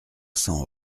cents